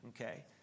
Okay